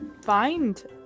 find